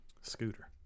Scooter